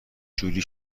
جوری